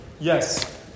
Yes